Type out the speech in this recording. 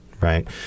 right